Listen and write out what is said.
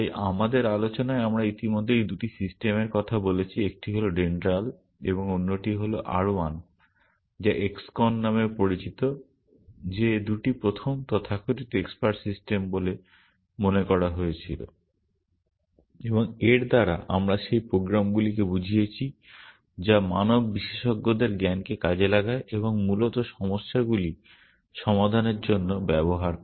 তাই আমাদের আলোচনায় আমরা ইতিমধ্যেই 2টি সিস্টেমের কথা বলেছি একটি হল ডেনড্রাল এবং অন্যটি হল R 1 যা X CON নামেও পরিচিত যে দুটি প্রথম তথাকথিত এক্সপার্ট সিস্টেম বলে মনে করা হয়েছিল । এবং এর দ্বারা আমরা সেই প্রোগ্রামগুলিকে বুঝিয়েছি যা মানব বিশেষজ্ঞদের জ্ঞানকে কাজে লাগায় এবং মূলত সমস্যাগুলি সমাধানের জন্য ব্যবহার করে